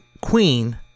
Queen